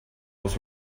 was